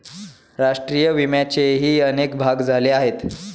राष्ट्रीय विम्याचेही अनेक भाग झाले आहेत